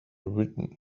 written